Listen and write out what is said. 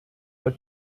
for